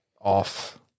off